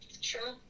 sure